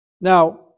Now